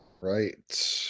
right